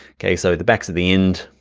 okay? so the back's at the end.